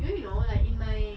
do you know like in like